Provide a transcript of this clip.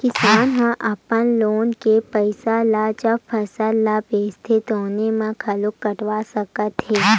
किसान ह अपन लोन के पइसा ल जब फसल ल बेचथे तउने म घलो कटवा सकत हे